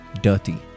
dirty